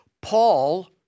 Paul